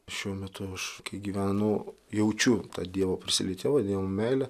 šiuo metu aš gyvenu jaučiu dievo prisilietimą dievo meilę